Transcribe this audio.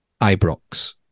Ibrox